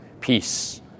Peace